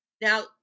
now